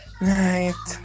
Night